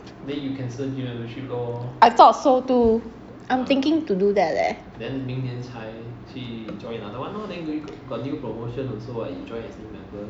I thought so too I'm thinking to do that leh